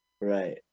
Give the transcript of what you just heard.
right